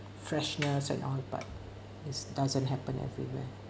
freshness and all but is doesn't happen everywhere